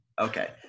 okay